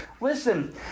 Listen